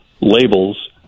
labels